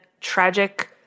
tragic